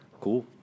Cool